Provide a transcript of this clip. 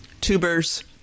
Tubers